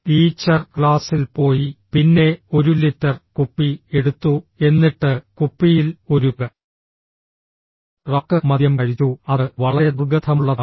teacher ക്ലാസ്സിൽ പോയി പിന്നെ ഒരു ലിറ്റർ കുപ്പി എടുത്തു എന്നിട്ട് കുപ്പിയിൽ ഒരു റാക്ക് മദ്യം കഴിച്ചു അത് വളരെ ദുർഗന്ധമുള്ളതാണ്